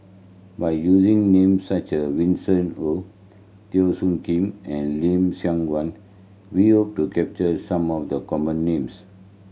by using names such as Winston Oh Teo Soon Kim and Lim Siong Guan we hope to capture some of the common names